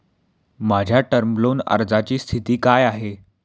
माझ्या term loan अर्जाची स्थिती काय आहे?